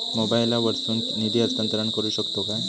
मोबाईला वर्सून निधी हस्तांतरण करू शकतो काय?